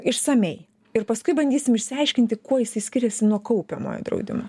išsamiai ir paskui bandysim išsiaiškinti kuo jisai skiriasi nuo kaupiamojo draudimo